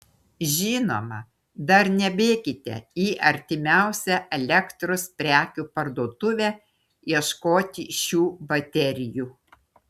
žinoma dar nebėkite į artimiausią elektros prekių parduotuvę ieškoti šių baterijų